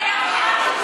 מקום,